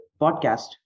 podcast